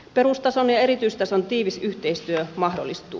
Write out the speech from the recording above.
perustason ja erityistason tiivis yhteistyö mahdollistuu